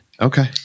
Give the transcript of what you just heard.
Okay